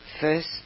First